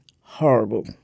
horrible